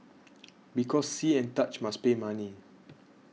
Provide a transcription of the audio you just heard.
because see and touch must pay money